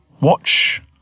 watch